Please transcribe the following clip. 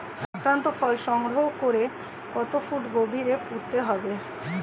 আক্রান্ত ফল সংগ্রহ করে কত ফুট গভীরে পুঁততে হবে?